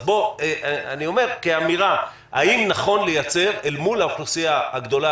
זאת אמירה: האם נכון לייצר אל מול האוכלוסייה הגדולה